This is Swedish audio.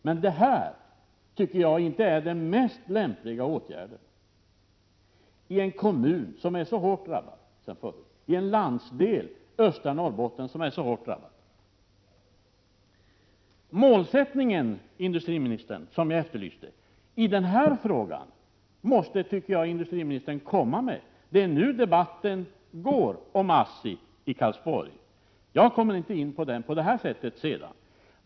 Men detta tycker jag inte är den mest lämpliga åtgärden i en kommun och en landsdel, östra Norrbotten, som redan förut så hårt drabbats. Den målsättning som jag efterlyste i den här frågan tycker jag att industriministern måste ange. Det är nu debatten om ASSI Karlsborg pågår. Jag kommer inte in i den på det här sättet sedan.